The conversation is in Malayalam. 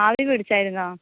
ആവി പിടിച്ചായിരുന്നോ